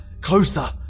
closer